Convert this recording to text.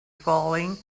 falling